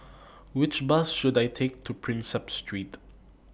Which Bus should I Take to Prinsep Street